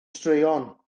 straeon